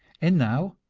and now,